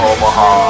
Omaha